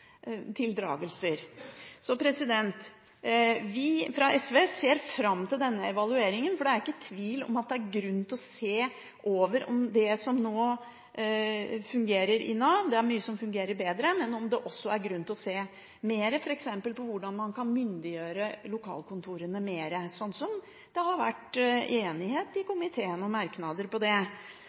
tildragelser. Vi fra SV ser fram til denne evalueringen, for det er ikke tvil om at det er grunn til å se på det som nå fungerer i Nav – det er mye som fungerer bedre – men også om det er grunn til å se nærmere på hvordan man f.eks. kan myndiggjøre lokalkontorene mer, slik det har vært enighet om i komiteen og i merknader. Så er det